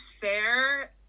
fair